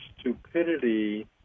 stupidity